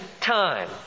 time